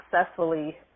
successfully